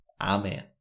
Amen